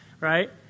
right